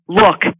look